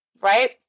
right